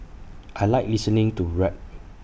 I Like listening to rap